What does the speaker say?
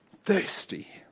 Thirsty